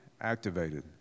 activated